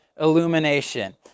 illumination